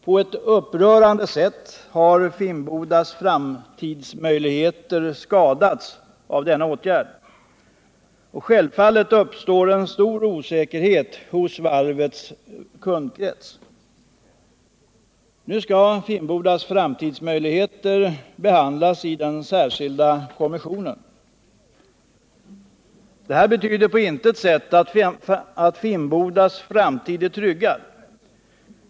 På ett upprörande sätt har Finnbodas framtidsmöjligheter skadats av denna åtgärd. Självfallet uppstår som följd härav en stor osäkerhet hos varvets kundkrets. Nu skall Finnbodas framtidsmöjligheter behandlas i den särskilda kommissionen. Det betyder på intet sätt att Finnbodas framtid är tryggad.